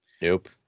Nope